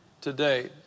today